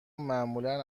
معمولا